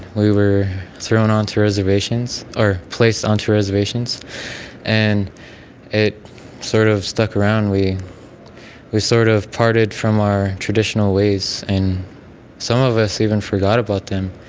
we were thrown on to reservations or placed on to reservations and it sort of stuck around. we we sort of parted from our traditional ways, and some of us even forgot about them,